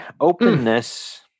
openness